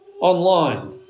online